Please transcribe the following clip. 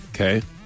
Okay